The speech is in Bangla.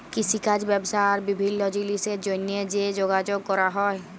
কিষিকাজ ব্যবসা আর বিভিল্ল্য জিলিসের জ্যনহে যে যগাযগ ক্যরা হ্যয়